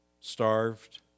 starved